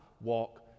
walk